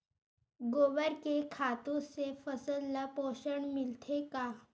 गोबर के खातु से फसल ल पोषण मिलथे का?